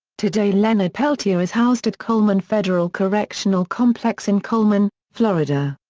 today leonard peltier is housed at coleman federal correctional complex in coleman, florida.